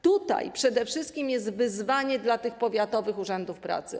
Tutaj przede wszystkim jest wyzwanie dla tych powiatowych urzędów pracy.